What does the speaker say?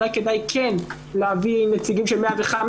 אולי כן כדאי להביא נציגים של 105,